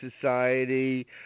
society